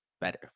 better